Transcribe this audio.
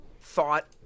thought